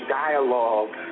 dialogue